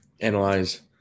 analyze